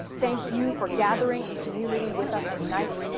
thank you for gathering in community with us tonight.